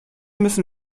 müssen